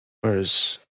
whereas